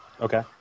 Okay